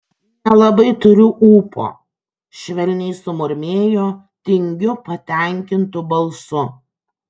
nelabai turiu ūpo švelniai sumurmėjo tingiu patenkintu balsu